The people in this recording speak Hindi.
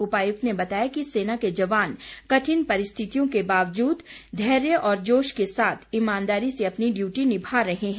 उपायुक्त ने बताया कि सेना के जवान कठिन परिस्थितियों के बावजूद धैर्य और जोश के साथ ईमानदारी से अपनी डियूटी निभा रहे हैं